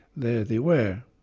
there they were.